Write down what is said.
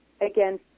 again